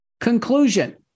Conclusion